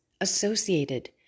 associated